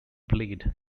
played